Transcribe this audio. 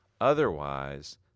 Otherwise